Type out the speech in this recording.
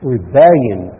Rebellion